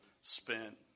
spent